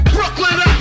Brooklyn